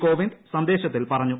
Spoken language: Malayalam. കോവിന്ദ് സന്ദേശത്തിൽ പറഞ്ഞു